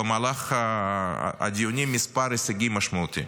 במהלך הדיונים כמה הישגים משמעותיים: